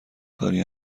کاری